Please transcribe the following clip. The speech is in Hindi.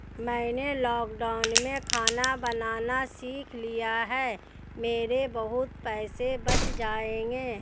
मैंने लॉकडाउन में खाना बनाना सीख लिया है, मेरे बहुत पैसे बच जाएंगे